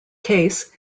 case